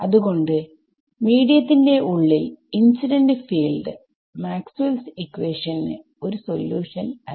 അത് കൊണ്ട് മീഡിയത്തിന്റെ ഉള്ളിൽ incident field Maxwell's equation Maxwells equation ന് ഒരു സൊല്യൂഷനും ഇല്ല